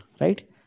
Right